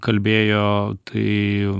kalbėjo tai